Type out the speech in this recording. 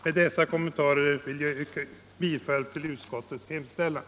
Med dessa kommentarer vill jag yrka bifall till utskottets hemställan.